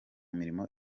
mirimo